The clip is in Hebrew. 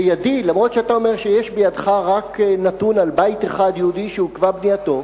למרות שאתה אומר שיש בידך נתון רק על בית יהודי אחד שעוכבה בנייתו,